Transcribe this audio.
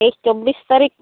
ᱛᱮᱭᱤᱥ ᱪᱚᱵᱵᱤᱥ ᱛᱟᱹᱨᱤᱠᱷ